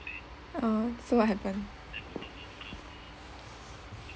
oh so what happened